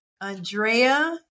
andrea